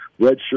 redshirt